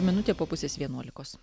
minutė po pusės vienuolikos